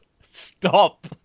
Stop